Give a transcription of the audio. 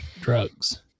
drugs